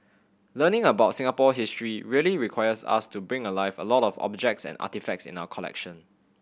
learning about Singapore history really requires us to bring alive a lot of the objects and artefacts in our collection